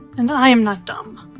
and i am not dumb.